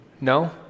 No